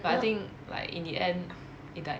but I think like in the end it died